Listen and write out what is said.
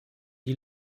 die